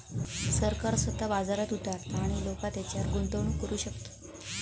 सरकार स्वतः बाजारात उतारता आणि लोका तेच्यारय गुंतवणूक करू शकतत